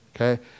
Okay